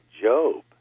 Job